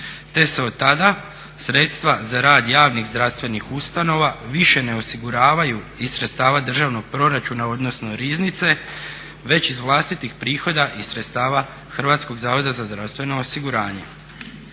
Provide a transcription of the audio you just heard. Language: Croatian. te se od tada sredstva za rad javnih zdravstvenih ustanova više ne osiguravaju iz sredstava državnog proračuna odnosno riznice već iz vlastitih prihoda i sredstava HZZO-a. Kako bi se omogućio